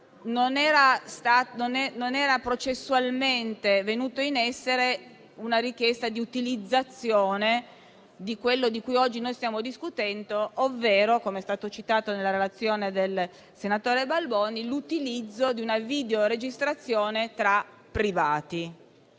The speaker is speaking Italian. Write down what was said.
non era processualmente venuta in essere una richiesta di utilizzazione di quello di cui oggi stiamo discutendo, ovvero - come è stato citato nella relazione del senatore Balboni - una videoregistrazione tra privati.